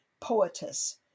Poetess